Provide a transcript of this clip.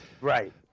Right